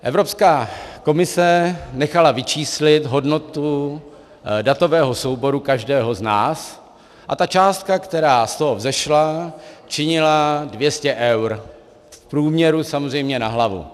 Evropská komise nechala vyčíslit hodnotu datového souboru každého z nás a ta částka, která z toho vzešla, činila 200 eur, v průměru samozřejmě na hlavu.